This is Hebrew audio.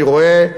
אני רואה,